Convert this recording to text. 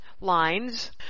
lines